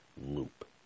loop